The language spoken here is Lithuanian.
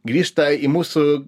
grįžta į mūsų